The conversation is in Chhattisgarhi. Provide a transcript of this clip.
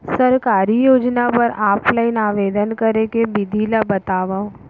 सरकारी योजना बर ऑफलाइन आवेदन करे के विधि ला बतावव